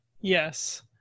Yes